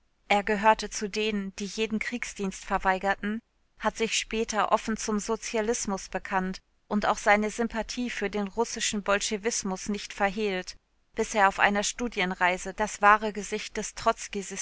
er gehörte zu denen die jeden kriegsdienst verweigerten hat sich später offen zum sozialismus bekannt und auch seine sympathie für den russischen bolschewismus nicht verhehlt bis er auf einer studienreise das wahre gesicht des